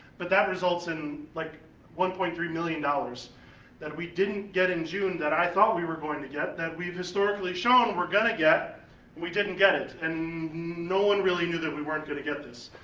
but that results in like one point three million dollars that we didn't get in june that i thought we were going to get, that we've historically shown we're gonna get, and we didn't get it, and no one really knew that we weren't going to get this.